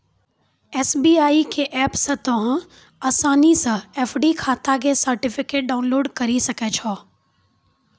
SBI के app से तोंहें असानी से एफ.डी खाता के सर्टिफिकेट डाउनलोड करि सकै छो